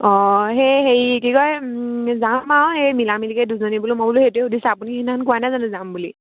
অঁ সেই হেৰি কি কয় যাম আৰু এই মিলা মিলিকে দুজনী বোলো মই বোলো সেইটোও সুধিছোঁ আপুনি সেইদিনাখন কোৱা নাই জানো যাম বুলি